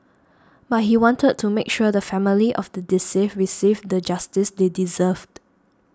but he wanted to make sure the family of the deceived received the justice they deserved